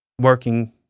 working